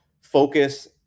focus